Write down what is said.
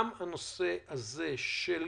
גם את הנושא של גיוס